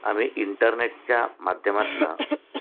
आम्ही इंटरनेटच्या माध्यमातनं